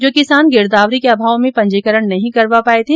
जो किसान गिरदावरी के अभाव में पंजीकरण नहीं करवा पाये थे